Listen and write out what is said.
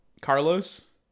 carlos